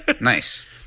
nice